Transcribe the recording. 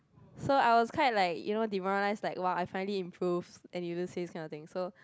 so I was quite like you know demoralized like !wah! I finally improved and you those say kind of thing so